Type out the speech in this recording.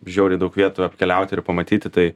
žiauriai daug vietų apkeliauti ir pamatyti tai